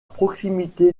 proximité